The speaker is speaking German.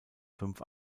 fünf